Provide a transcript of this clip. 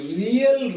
real